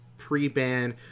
pre-ban